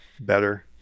better